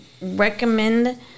recommend